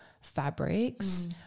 fabrics